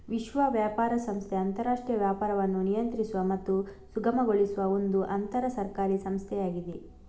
ವಿಶ್ವ ವ್ಯಾಪಾರ ಸಂಸ್ಥೆ ಅಂತರಾಷ್ಟ್ರೀಯ ವ್ಯಾಪಾರವನ್ನು ನಿಯಂತ್ರಿಸುವ ಮತ್ತು ಸುಗಮಗೊಳಿಸುವ ಒಂದು ಅಂತರ ಸರ್ಕಾರಿ ಸಂಸ್ಥೆಯಾಗಿದೆ